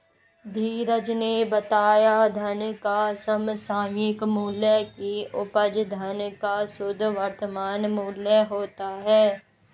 धीरज ने बताया धन का समसामयिक मूल्य की उपज धन का शुद्ध वर्तमान मूल्य होता है